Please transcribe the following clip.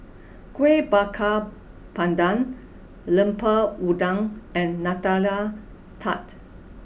Kueh Bakar Pandan Lemper Udang and Nutella Tart